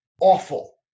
awful